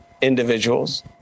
individuals